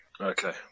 Okay